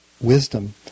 wisdom